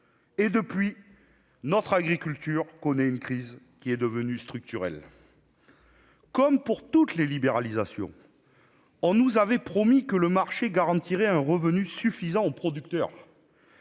lors, notre agriculture connaît une crise, devenue structurelle. Comme pour toute libéralisation, on nous avait promis que le marché garantirait un revenu suffisant aux producteurs,